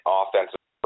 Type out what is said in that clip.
offensive